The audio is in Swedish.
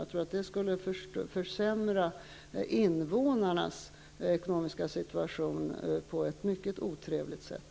Jag tror att det skulle försämra invånarnas ekonomiska situation på ett mycket otrevligt sätt.